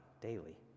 daily